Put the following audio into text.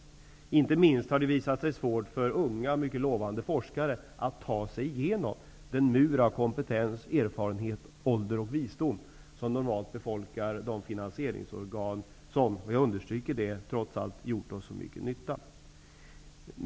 Det har inte minst visat sig svårt för unga mycket lovande forskare att ta sig igenom den mur av kompetens, erfarenhet, ålder och visdom som normalt befolkar de finansieringsorgan som -- jag understryker detta -- trots allt har gjort oss så mycket nytta.